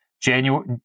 January